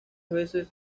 veces